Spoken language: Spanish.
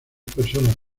personas